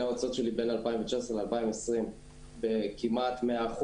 ההוצאות שלי בין 2019 ל-2020 בכמעט 100%,